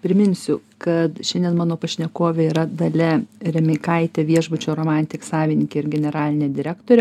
priminsiu kad šiandien mano pašnekovė yra dalia remeikaitė viešbučio romantik savininkė ir generalinė direktorė